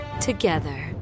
together